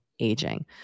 aging